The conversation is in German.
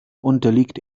unterliegt